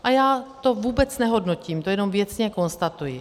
A já to vůbec nehodnotím, to jenom věcně konstatuji.